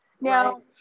Now